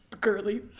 Girly